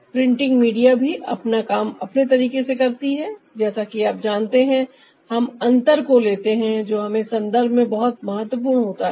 printing media भी अपना काम अपने तरीके से करती हैं जैसा कि आप जानते हैं हम अंतर को लेते हैं जो हमारे संदर्भ में बहुत महत्वपूर्ण होता है